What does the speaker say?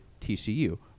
TCU